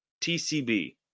TCB